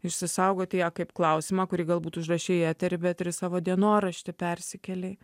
išsisaugoti ją kaip klausimą kurį galbūt užrašei į eterį bet ir į savo dienoraštį persikėlei